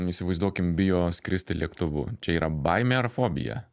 įsivaizduokim bijo skristi lėktuvu čia yra baimė ar fobija